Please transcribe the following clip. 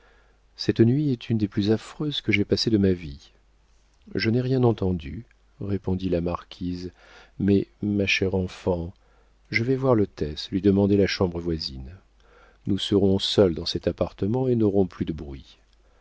cette nuit est une des plus affreuses que j'aie passées de ma vie je n'ai rien entendu répondit la marquise mais ma chère enfant je vais voir l'hôtesse lui demander la chambre voisine nous serons seules dans cet appartement et n'aurons plus de bruit